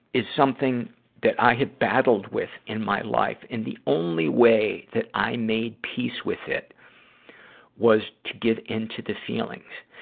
is something that i have battled with in my life. and the only way that i made peace with it was to give into the feelings.